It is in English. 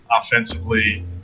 Offensively